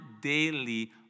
daily